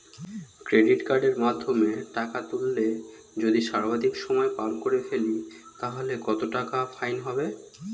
Credit কার্ডের মাধ্যমে টাকা তুললে যদি সর্বাধিক সময় পার করে ফেলি তাহলে কত টাকা ফাইন হবে?